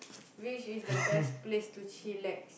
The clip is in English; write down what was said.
which is the best place to chillax